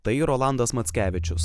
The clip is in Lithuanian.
tai rolandas mackevičius